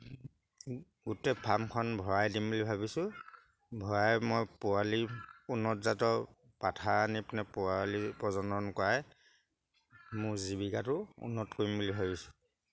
গোটেই ফাৰ্মখন ভৰাই দিম বুলি ভাবিছোঁ ভৰাই মই পোৱালি উন্নত জাতৰ পাঠা আনি পিনে পোৱালি প্ৰজনন কৰাই মোৰ জীৱিকাটো উন্নত কৰিম বুলি ভাবিছোঁ